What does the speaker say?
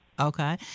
Okay